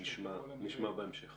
נשמע על כך בהמשך.